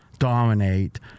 dominate